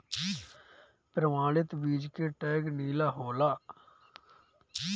प्रमाणित बीज के टैग नीला होला